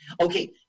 Okay